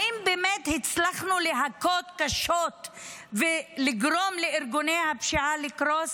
האם באמת הצלחנו להכות קשות ולגרום לארגוני הפשיעה לקרוס?